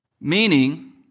Meaning